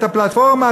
את הפלטפורמה,